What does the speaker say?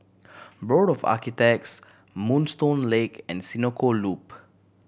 Board of Architects Moonstone Lake and Senoko Loop